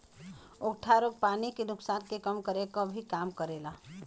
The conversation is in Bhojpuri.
उकठा रोग पानी के नुकसान के कम करे क भी काम करेला